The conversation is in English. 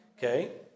Okay